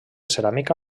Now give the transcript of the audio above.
ceràmica